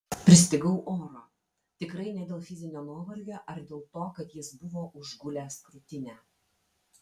pristigau oro tikrai ne dėl fizinio nuovargio ar dėl to kad jis buvo užgulęs krūtinę